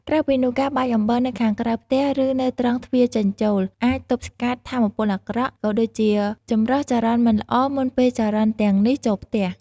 ក្រៅពីនោះ ការបាចអំបិលនៅខាងក្រៅផ្ទះ ឬនៅត្រង់ទ្វារចេញចូល អាចទប់ស្កាត់ថាមពលអាក្រក់ ក៏ដូចជាចម្រោះចរន្តមិនល្អមុនពេលចរន្តទាំងនេះចូលផ្ទះ។